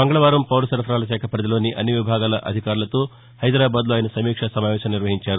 మంగళవారం పౌరసరఫరాలశాఖ పరిధిలోని అన్ని విభాగాల అధికారులతో హైదరాబాద్ లో ఆయన సమీక్షా సమావేశం నిర్వహించారు